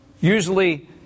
Usually